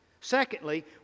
Secondly